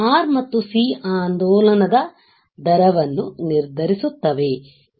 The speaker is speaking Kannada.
R ಮತ್ತು C ಆಂದೋಲದ ದರವನ್ನು ನಿರ್ಧರಿಸುತ್ತವೆ